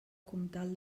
comtal